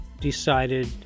decided